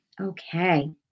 Okay